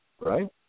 Right